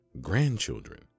grandchildren